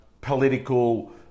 political